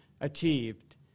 achieved